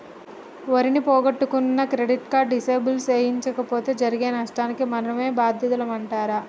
ఓరి నీ పొగొట్టుకున్న క్రెడిట్ కార్డు డిసేబుల్ సేయించలేపోతే జరిగే నష్టానికి మనమే బాద్యులమంటరా